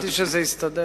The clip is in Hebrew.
הבנתי שזה הסתדר.